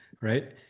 right